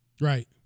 right